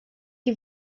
die